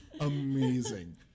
amazing